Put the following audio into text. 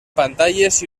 pantalles